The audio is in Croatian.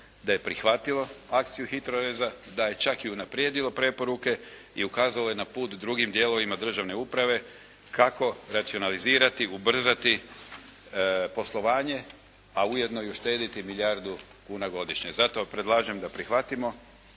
da je prihvatilo akciju HITROReza, da je čak i unaprijedilo preporuke i ukazao je na put drugim dijelovima državne uprave kako racionalizirati, ubrzati poslovanje a ujedno i uštediti milijardu kuna godišnje. Zato predlažem da prihvatimo